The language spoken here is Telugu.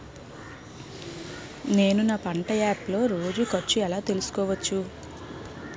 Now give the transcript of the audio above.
నేను నా పంట యాప్ లో రోజు ఖర్చు ఎలా తెల్సుకోవచ్చు?